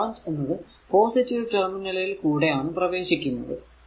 ഇവിടെ കറന്റ് എന്നത് പോസിറ്റീവ് ടെർമിനലിൽ കൂടെ ആണ് പ്രവേശിക്കുന്നത്